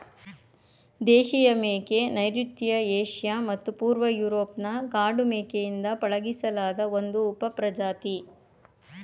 ದೇಶೀಯ ಮೇಕೆ ನೈಋತ್ಯ ಏಷ್ಯಾ ಮತ್ತು ಪೂರ್ವ ಯೂರೋಪ್ನ ಕಾಡು ಮೇಕೆಯಿಂದ ಪಳಗಿಸಿಲಾದ ಒಂದು ಉಪಪ್ರಜಾತಿ